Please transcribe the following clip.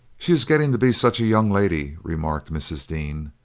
she is getting to be such a young lady, remarked mrs. dean,